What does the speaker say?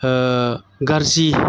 गाज्रि